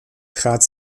trat